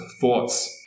thoughts